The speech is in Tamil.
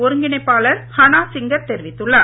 ஒருங்கிணைப்பாளர் ஹனா சிங்கர் தெரிவித்துள்ளார்